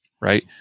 right